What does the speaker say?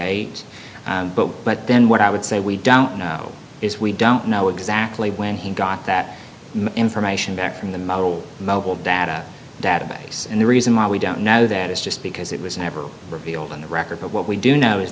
eight but then what i would say we don't know is we don't know exactly when he got that information back from the model mobile data database and the reason why we don't know that is just because it was never revealed in the record but what we do know is